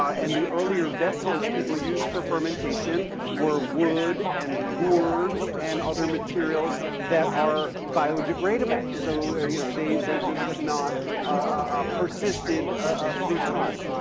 ah and the earlier vessels people used for fermentatiton were wood and gourds and other materials that are biodegradable, so you know they they just have not ah persisted ah through time.